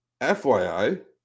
FYI